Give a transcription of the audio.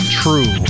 true